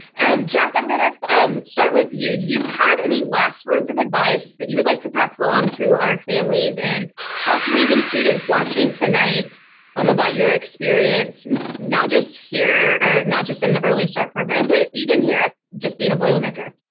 and jack, i'm going to um start with you. do you have any last words of advice that you would like to pass along to our families and possibly even students watching tonight um about your experience not just here or not just in the early start program but even here just being a boilermaker?